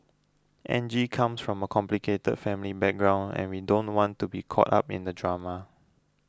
Angie comes from a complicated family background and we don't want to be caught up in the drama